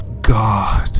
God